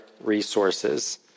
resources